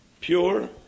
pure